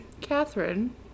Catherine